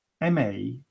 M-A